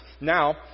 Now